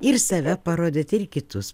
ir save parodyt ir kitus